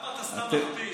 למה אתה סתם מכפיש?